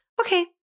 Okay